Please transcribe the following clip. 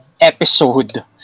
episode